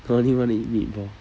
I only want to eat meatball